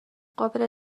قابل